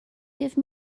give